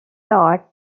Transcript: thought